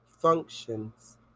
functions